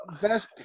best